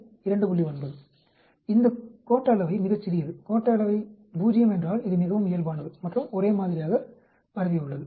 9 இந்த கோட்ட அளவை மிகச் சிறியது கோட்ட அளவை 0 என்றால் இது மிகவும் இயல்பானது மற்றும் ஒரே மாதிரியாக பரவ உள்ளது